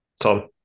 Tom